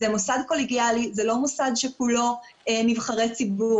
זה מוסד קולגיאלי, זה לא מוסד שכולו נבחרי ציבור.